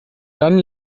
dann